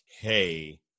hey